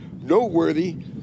noteworthy